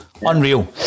Unreal